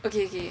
okay okay